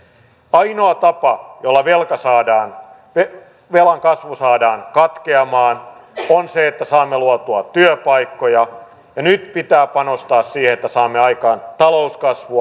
ainoa tapa jolla velan kasvu saadaan katkeamaan on se että saamme luotua työpaikkoja ja nyt pitää panostaa siihen että saamme aikaan talouskasvua